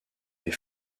les